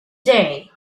day